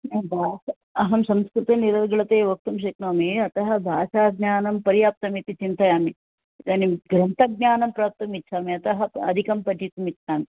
भा अहं संस्कृते निर्गणते वक्तुं शक्नोमि अतः भाषाज्ञानं पर्याप्तम् इति चिन्तयामि इदानीं ग्रन्थज्ञानं प्राप्तुम् इच्छामि अतः अधिकं पठितुम् इच्छामि